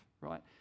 right